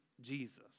Jesus